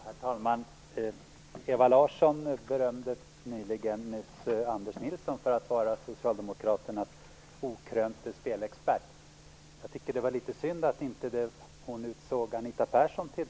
Herr talman! Ewa Larsson berömde nyss Anders Nilsson för att vara Socialdemokraternas okrönte spelexpert. Det var litet synd att hon inte utsåg Anita Persson i stället.